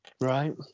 Right